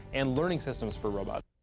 and learning systems for robots.